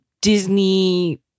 Disney